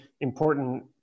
important